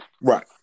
Right